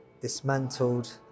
dismantled